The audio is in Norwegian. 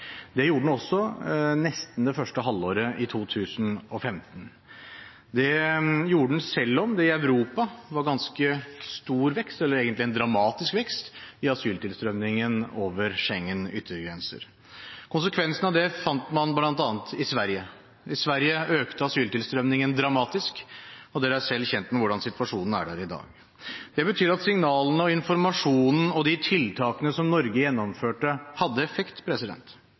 Det gjorde den også nesten det første halvåret i 2015. Det gjorde den selv om det i Europa var ganske stor vekst, egentlig en dramatisk vekst i asyltilstrømmingen over Schengens yttergrenser. Konsekvensene fant man bl.a. i Sverige. I Sverige økte asyltilstrømmingen dramatisk, og dere er selv kjent med hvordan situasjonen er der i dag. Det betyr at signalene, informasjonen og tiltakene Norge gjennomførte, hadde effekt.